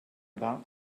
about